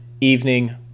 evening